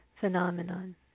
phenomenon